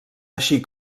així